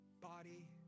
body